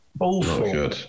Awful